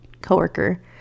coworker